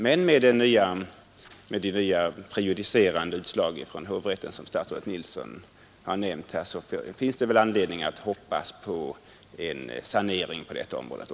Men med de nya prejudicerande utslag från hovrätten som statsrådet Nilsson har nämnt finns det väl anledning hoppas på en förbättring i framtiden.